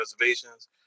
reservations